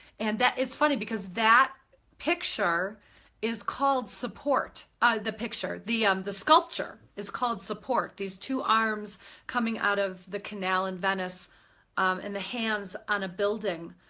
and that. it's funny because that picture is called support the picture, the um the sculpture is called support. these two arms coming out of the canal and venice and the hands on a building,